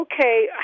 okay